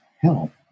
Help